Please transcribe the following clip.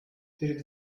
пред